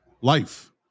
life